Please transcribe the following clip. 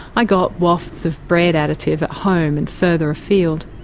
i got wafts of bread additive at home and further afield,